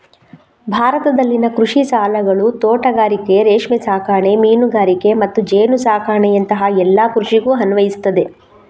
ಭಾರತದಲ್ಲಿನ ಕೃಷಿ ಸಾಲಗಳು ತೋಟಗಾರಿಕೆ, ರೇಷ್ಮೆ ಸಾಕಣೆ, ಮೀನುಗಾರಿಕೆ ಮತ್ತು ಜೇನು ಸಾಕಣೆಯಂತಹ ಎಲ್ಲ ಕೃಷಿಗೂ ಅನ್ವಯಿಸ್ತದೆ